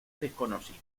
desconocido